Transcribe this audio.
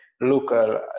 local